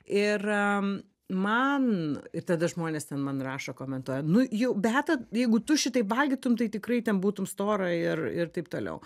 ir man ir tada žmonės ten man rašo komentuoja nu jau beata jeigu tu šitaip valgytum tai tikrai ten būtum stora ir ir taip toliau